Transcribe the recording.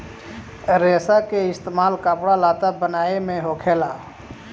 रेसा के इस्तेमाल कपड़ा लत्ता बनाये मे होखेला